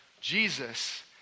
Jesus